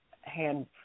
hand